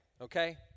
Okay